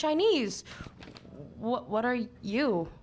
chinese what are you